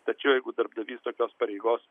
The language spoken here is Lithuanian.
tačiau jeigu darbdavys tokios pareigos